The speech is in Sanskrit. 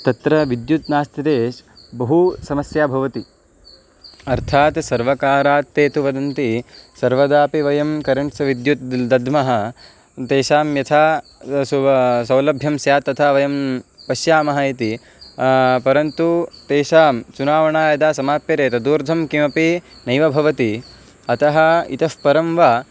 तत्र विद्युत् नास्ति चेत् बहु समस्या भवति अर्थात् सर्वकारात् ते तु वदन्ति सर्वदापि वयं करेण्ट्स् विद्युत् दद्मः तेषां यथा सुवा सौलभ्यं स्यात् तथा वयं पश्यामः इति परन्तु तेषां चुनावणा यदा समाप्यते तदूर्धं किमपि नैव भवति अतः इतः परं वा